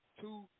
two